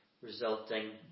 resulting